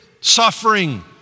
suffering